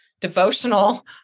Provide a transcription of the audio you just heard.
devotional